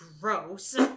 Gross